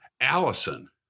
Allison